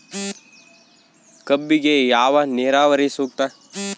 ಕಬ್ಬಿಗೆ ಯಾವ ನೇರಾವರಿ ಸೂಕ್ತ?